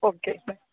okay bye